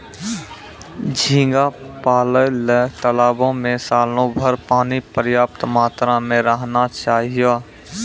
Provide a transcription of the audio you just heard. झींगा पालय ल तालाबो में सालोभर पानी पर्याप्त मात्रा में रहना चाहियो